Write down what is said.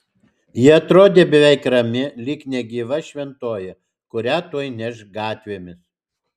ji atrodė beveik rami lyg negyva šventoji kurią tuoj neš gatvėmis